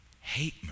hate